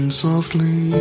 softly